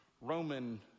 Roman